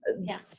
yes